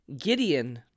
Gideon